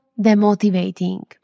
demotivating